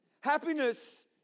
Happiness